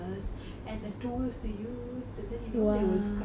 and the tools to use and then you know they will scrub